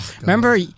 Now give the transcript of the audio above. Remember